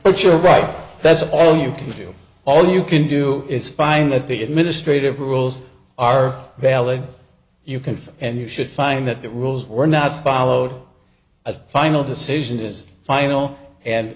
you're right that's all you can do all you can do is find that the administrative rules are valid you can file and you should find that the rules were not followed a final decision is final and